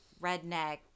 redneck